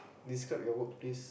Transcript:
describe your workplace